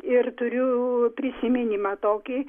ir turiu prisiminimą tokį